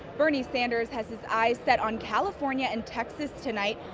bernie sanders has his eyes set on california and texas tonight.